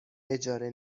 اجاره